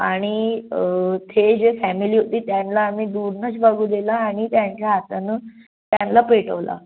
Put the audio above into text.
आणि ती जे फॅमिली होती त्यांना आम्ही दूरनंच बघु दिलं आणि त्यांच्या हातानं त्यांना पेटवलं